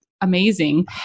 amazing